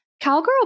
cowgirl